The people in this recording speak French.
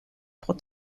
pour